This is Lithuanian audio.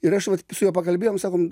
ir aš vat su juo pakalbėjom sakom